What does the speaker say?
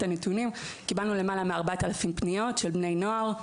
למעלה מ-4,000 פניות של בני נוער.